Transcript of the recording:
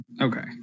Okay